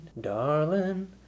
Darling